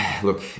look